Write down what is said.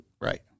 Right